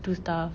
do stuff